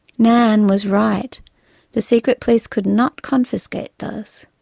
nan was right the secret police could not confiscate those.